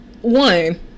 one